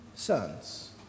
Sons